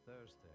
Thursday